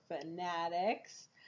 fanatics